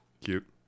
Cute